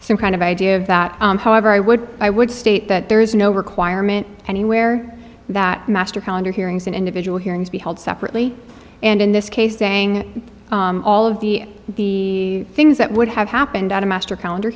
some kind of idea of that however i would i would state that there is no requirement anywhere that master calendar hearings and individual hearings be held separately and in this case saying all of the things that would have happened on a master calendar